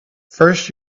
first